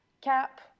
cap